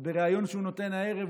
ובריאיון שהוא נותן הערב,